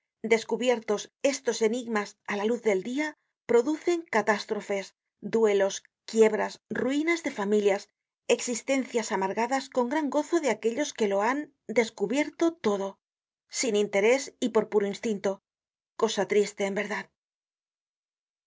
descubiertos estos enigmas á la luz del dia producen catástrofes duelos quiebras ruinas de familias existencias amargadas con gran gozo de aquellos que lo han descubierto todo sin interés y por puro instinto cosa triste en verdad